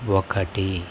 ఒకటి